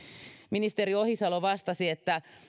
ministeri ohisalo vastasi